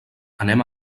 anem